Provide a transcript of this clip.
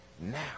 now